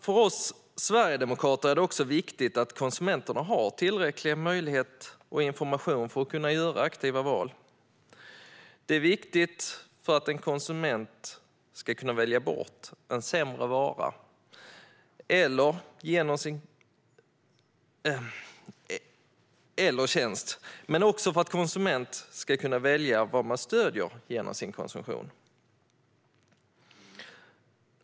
För oss sverigedemokrater är det också viktigt att konsumenten har tillräcklig möjlighet och information för att kunna göra aktiva val. Detta är viktigt för att en konsument ska kunna välja bort en sämre vara eller tjänst men också för att konsumenten ska kunna välja vad man stöder genom sin konsumtion.